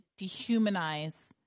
dehumanize